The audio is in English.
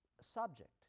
subject